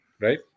Right